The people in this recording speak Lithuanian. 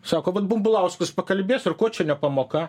sako vat bumblauskas pakalbės ir ko čia ne pamoka